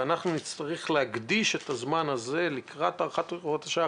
ואנחנו נצטרך להקדיש את הזמן הזה לקראת הארכת הוראות השעה.